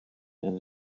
and